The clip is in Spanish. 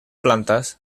plantas